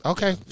Okay